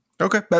Okay